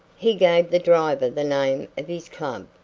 he gave the driver the name of his club,